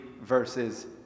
verses